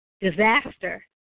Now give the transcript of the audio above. disaster